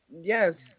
Yes